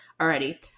already